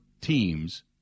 teams